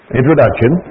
introduction